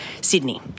Sydney